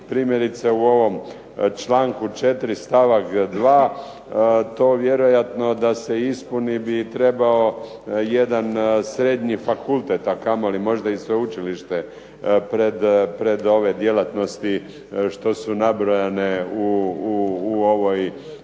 Primjerice u ovom članku 4. stavak 2. To vjerojatno da se ispuni trebao bi jedan srednji fakultet, a kamoli možda i sveučilište pred ove djelatnosti što su nabrojane u ovom